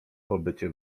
pobycie